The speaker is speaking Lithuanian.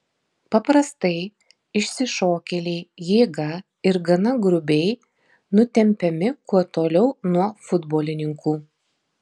paprastai išsišokėliai jėga ir gana grubiai nutempiami kuo toliau nuo futbolininkų